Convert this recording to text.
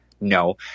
no